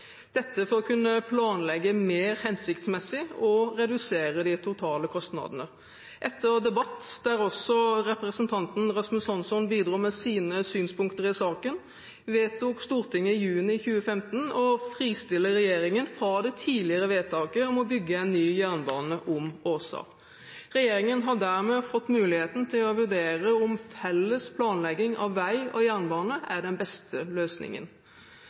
dette for å kunne planlegge mer hensiktsmessig og redusere de totale kostnadene. Etter debatt, der også representanten Rasmus Hansson bidro med sine synspunkter i saken, vedtok Stortinget i juni 2015 å fristille regjeringen fra det tidligere vedtaket om å bygge en ny jernbane om Åsa. Regjeringen har dermed fått muligheten til å vurdere om felles planlegging av vei og jernbane er den beste løsningen.